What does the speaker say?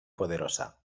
poderosa